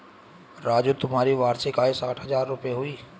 राजू तुम्हारी वार्षिक आय साठ हज़ार रूपय हुई